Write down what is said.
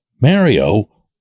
Mario